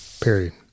Period